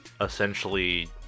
essentially